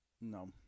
No